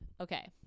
okay